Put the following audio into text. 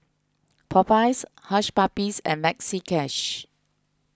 Popeyes Hush Puppies and Maxi Cash